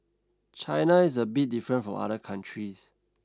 China is a bit different from other countries